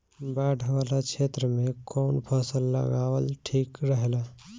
बाढ़ वाला क्षेत्र में कउन फसल लगावल ठिक रहेला?